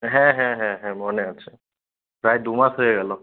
হ্যাঁ হ্যাঁ হ্যাঁ হ্যাঁ মনে আছে প্রায় দু মাস হয়ে গেল